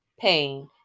pain